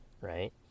right